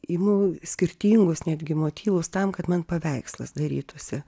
imu skirtingus netgi motyvus tam kad man paveikslas darytųsi